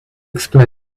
explain